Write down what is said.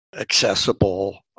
accessible